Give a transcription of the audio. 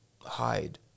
hide